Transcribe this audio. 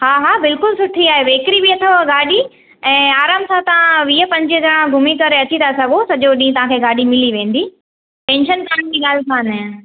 हा हा बिल्कुलु सुठी आहे वेकिरी बि अथव गाॾी ऐं आराम सां तव्हां वीह पंजवीह ॼणा घुमीं करे अची था सघो सॼो ॾींहुं तव्हांखे गाॾी मिली वेंदी टेंशन करण जी ॻाल्हि कोन्हे